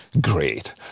great